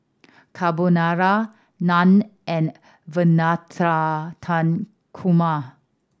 Carbonara Naan and Navratan Korma